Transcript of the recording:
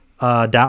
down